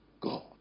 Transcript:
God